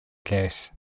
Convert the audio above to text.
case